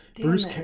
bruce